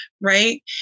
right